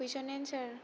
question answer